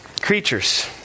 Creatures